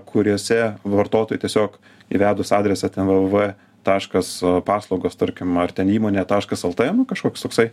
kuriose vartotojui tiesiog įvedus adresą ten v v v taškas paslaugos tarkim ar ten įmonė taškas lt nu kažkoks toksai